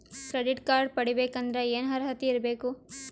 Credit card ಪಡಿಬೇಕಂದರ ಏನ ಅರ್ಹತಿ ಇರಬೇಕು?